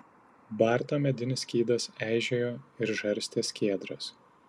barto medinis skydas eižėjo ir žarstė skiedras